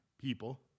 people